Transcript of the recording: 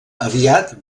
aviat